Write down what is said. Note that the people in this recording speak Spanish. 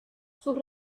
sus